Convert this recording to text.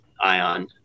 ion